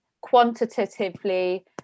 quantitatively